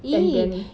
and briyani